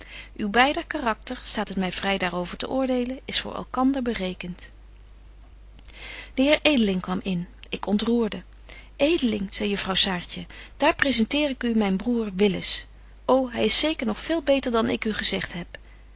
uw beider karakter staat het my vry daar over te oordelen is voor elkander berekent de heer edeling kwam in ik ontroerde edeling zei juffrouw saartje daar presenteer ik u nu myn broêr willis ô hy is zeker nog veel beter dan ik u gezegt heb